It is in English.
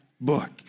book